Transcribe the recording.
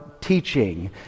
teaching